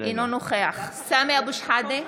אינו נוכח סמי אבו שחאדה,